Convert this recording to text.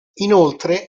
inoltre